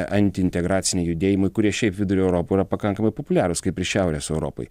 anti integraciniai judėjimai kurie šiaip vidurio europoj pakankamai populiarūs kaip ir šiaurės europoj